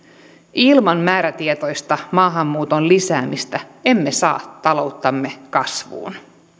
ilman määrätietoista maahanmuuton lisäämistä emme saa talouttamme kasvuun